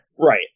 Right